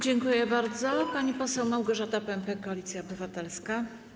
Dziękuję bardzo Pani poseł Małgorzata Pępek, Koalicja Obywatelska.